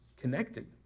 connected